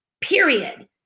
period